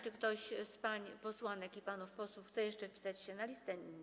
Czy ktoś z pań posłanek i panów posłów chce jeszcze zapisać się na liście?